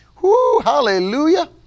hallelujah